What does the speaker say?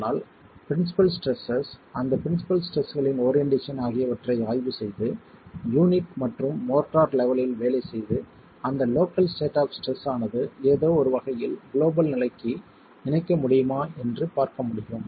ஆனால் principal stresses அந்த principal ஸ்ட்ரெஸ்களின் ஓரியென்ட்டேஷன் ஆகியவற்றை ஆய்வு செய்து யூனிட் மற்றும் மோர்ட்டார் லெவெலில் வேலை செய்து அந்த லோக்கல் ஸ்டேட் ஆப் ஸ்ட்ரெஸ் ஆனது ஏதோ ஒரு வகையில் குளோபல் நிலைக்கு இணைக்க முடியுமா என்று பார்க்க முடியும்